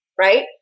Right